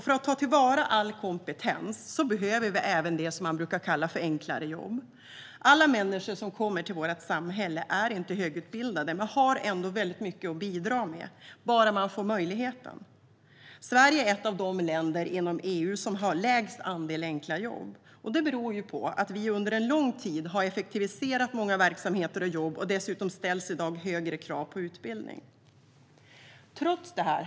För att ta till vara all kompetens behöver vi även det som man brukar kalla enklare jobb. Alla människor som kommer till vårt samhälle är inte högutbildade, men de har ändå väldigt mycket att bidra med - bara man får den möjligheten. Sverige är ett av de länder inom EU som har lägst andel enkla jobb. Det beror på att vi under lång tid har effektiviserat många verksamheter och jobb, och dessutom ställs det i dag högre krav på utbildning. Herr talman!